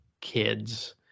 kids